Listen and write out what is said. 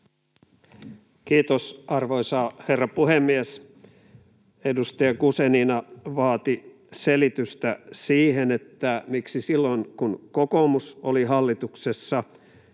Kiitos, arvoisa herra puhemies! Edustaja Guzenina vaati selitystä siihen, miksi silloin, kun kokoomus oli hallituksessa,